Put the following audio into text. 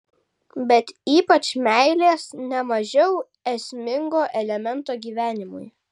bet ypač meilės ne mažiau esmingo elemento gyvenimui